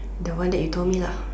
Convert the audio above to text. the one that you told me lah